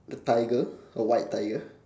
the tiger a white tiger